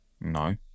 no